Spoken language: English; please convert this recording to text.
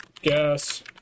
gas